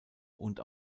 und